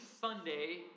Sunday